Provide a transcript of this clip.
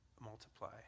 multiply